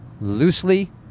loosely